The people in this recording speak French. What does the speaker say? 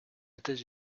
états